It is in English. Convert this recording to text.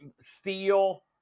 steel